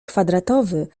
kwadratowy